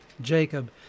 Jacob